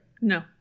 No